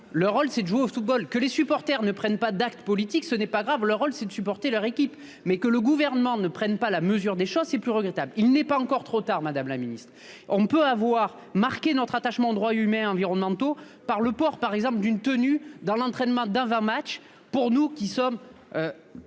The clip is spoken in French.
Leur rôle, c'est de jouer au football. Que les supporters ne prennent pas d'acte politique, ce n'est pas grave ! Leur rôle, c'est d'encourager leur équipe. En revanche, que le Gouvernement ne prenne pas la mesure des choses, c'est plus regrettable ! Il n'est pas encore trop tard, madame la ministre. Nous pouvons marquer notre attachement aux droits humains et environnementaux par exemple par le port d'une tenue lors de l'entraînement d'avant-match, nous qui sommes,